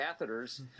catheters